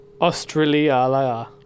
Australia